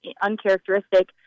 uncharacteristic